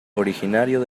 originario